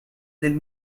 del